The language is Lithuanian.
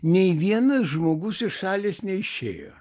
nei vienas žmogus iš salės neišėjo